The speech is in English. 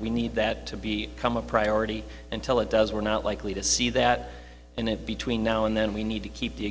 we need that to be come a priority until it does we're not likely to see that in it between now and then we need to keep the